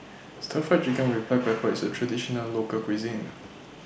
Stir Fried Chicken with Black Pepper IS A Traditional Local Cuisine